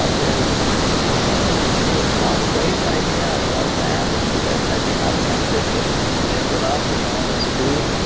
ah there's the the small plates idea. i love that because then you're not tempted to just fill it up with all this food.